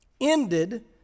ended